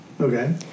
Okay